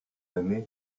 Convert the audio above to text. aimé